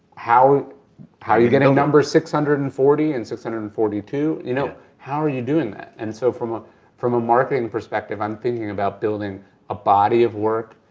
how how you gonna number six hundred and forty and six hundred and forty two, you know how are you doing that? and so from ah from a marketing perspective, i'm thinking about building a body of work,